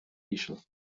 íseal